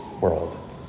world